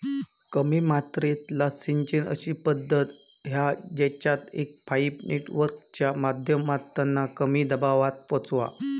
कमी मात्रेतला सिंचन अशी पद्धत हा जेच्यात एक पाईप नेटवर्कच्या माध्यमातना कमी दबावात पोचता